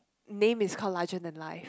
name is call larger than life